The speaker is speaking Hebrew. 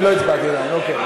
אני לא הצבעתי עדיין, אוקיי.